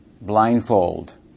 blindfold